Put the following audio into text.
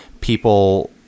people